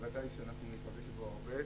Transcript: ודאי שאנחנו ניפגש פה הרבה.